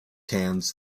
hands